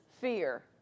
fear